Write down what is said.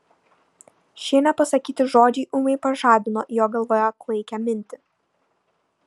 šie nepasakyti žodžiai ūmai pažadino jo galvoje klaikią mintį